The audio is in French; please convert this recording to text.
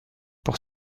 pour